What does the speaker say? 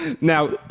Now